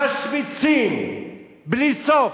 משמיצים בלי סוף,